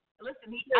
listen